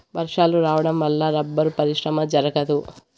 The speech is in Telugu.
వర్షాలు రావడం వల్ల రబ్బరు పరిశ్రమ జరగదు